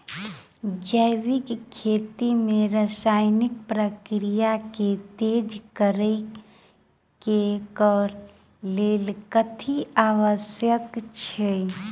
जैविक खेती मे रासायनिक प्रक्रिया केँ तेज करै केँ कऽ लेल कथी आवश्यक छै?